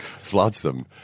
flotsam